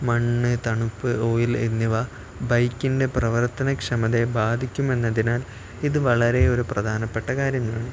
മണ്ണ് തണുപ്പ് ഓയിൽ എന്നിവ ബൈക്കിൻ്റെ പ്രവർത്തന ക്ഷമതയെ ബാധിക്കുമെന്നതിനാൽ ഇത് വളരെ ഒരു പ്രധാനപ്പെട്ട കാര്യമാണ്